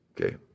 Okay